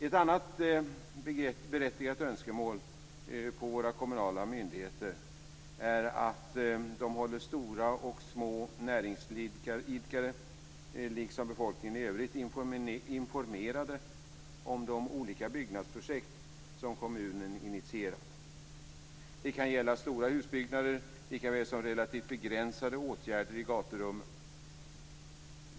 Ett annat berättigat önskemål avseende våra kommunala myndigheter är att både stora och små näringsidkare liksom befolkningen i övrigt är informerade om de olika byggnadsprojekt som kommunen initierat. Det kan gälla stora utbyggnader likaväl som relativt begränsade åtgärder i gaturummet.